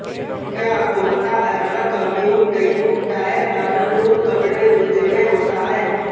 क्या आपको पता है रबर का उपयोग ट्यूब, टायर, वाटर प्रूफ कपड़े, जूते में होता है?